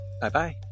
bye-bye